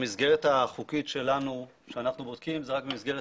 המסגרת החוקית שלנו שאנחנו בודקים זה רק במסגרת